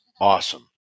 awesome